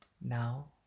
Now